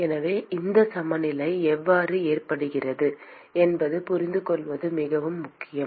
எனவே இந்த சமநிலை எவ்வாறு ஏற்படுகிறது என்பதைப் புரிந்துகொள்வது மிகவும் முக்கியம்